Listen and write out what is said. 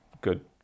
good